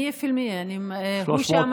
(אומרת בערבית: מאה מתוך מאה.) הוא שאמרתי.